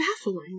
baffling